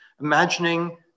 imagining